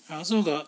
I also got